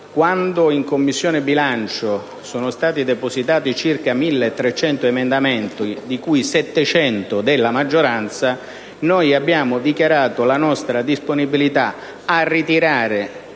quando in Commissione bilancio sono stati depositati circa 1.300 emendamenti, di cui 700 della maggioranza, noi abbiamo dichiarato la nostra disponibilità a ritirare